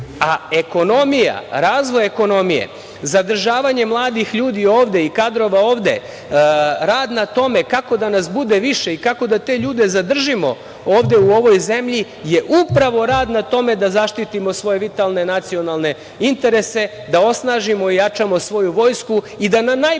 smislu. Ekonomija, razvoj ekonomije, zadržavanje mladih ljudi ovde i kadrova ovde, rad na tome kako da nas bude više i kako da te ljude zadržimo ovde u ovoj zemlji, je upravo rad na tome da zaštitimo svoje vitalne nacionalne interese, da osnažimo i ojačamo svoju vojsku i da na najbolji